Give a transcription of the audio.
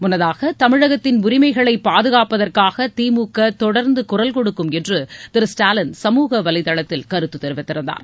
முன்னதாக தமிழகத்தின் உரிமைகளை பாதுகாப்பதற்காக திமுக தொடர்ந்து குரல் கொடுக்கும் என்று திரு ஸ்டாலின் சமூக வலைதளத்தில் கருத்து தெரிவித்திருந்தார்